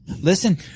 Listen